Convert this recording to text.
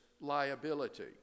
liability